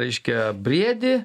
reiškia briedį